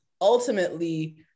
ultimately